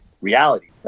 reality